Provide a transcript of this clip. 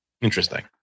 Interesting